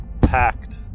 packed